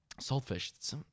Saltfish